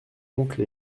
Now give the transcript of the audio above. oncle